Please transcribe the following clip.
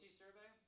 survey